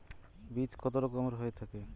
বীজ কত রকমের হয়ে থাকে?